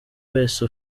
wese